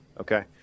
okay